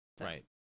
right